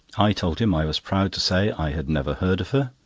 i told him i was proud to say i had never heard of her.